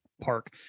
park